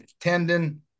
tendon